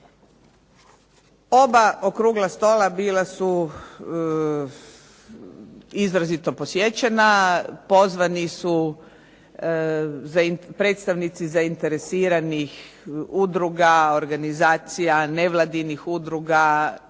Oba okrugla stola bila su izrazito posjećena, pozvani su predstavnici zainteresiranih udruga, organizacija, nevladinih udruga,